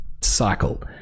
cycle